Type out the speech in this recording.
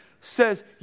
says